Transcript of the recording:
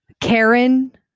Karen